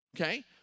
Okay